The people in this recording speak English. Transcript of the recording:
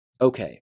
Okay